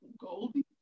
Goldie